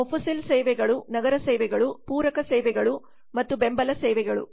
ಮೊಫುಸಿಲ್ ಸೇವೆಗಳು ನಗರ ಸೇವೆಗಳು ಪೂರಕ ಸೇವೆಗಳು ಮತ್ತು ಬೆಂಬಲ ಸೇವೆಗಳು